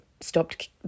stopped